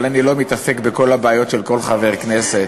אבל אני לא מתעסק בכל הבעיות של כל חבר כנסת.